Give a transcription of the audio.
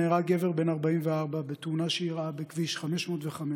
נהרג גבר בן 44 בתאונה שאירעה בכביש 505,